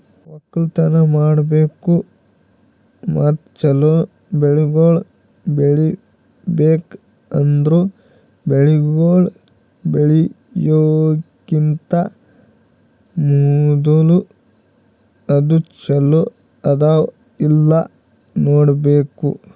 ಒಕ್ಕಲತನ ಮಾಡ್ಬೇಕು ಮತ್ತ ಚಲೋ ಬೆಳಿಗೊಳ್ ಬೆಳಿಬೇಕ್ ಅಂದುರ್ ಬೆಳಿಗೊಳ್ ಬೆಳಿಯೋಕಿಂತಾ ಮೂದುಲ ಅದು ಚಲೋ ಅದಾ ಇಲ್ಲಾ ನೋಡ್ಬೇಕು